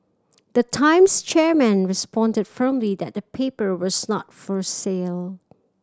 the Times chairman responded firmly that the paper was not for sale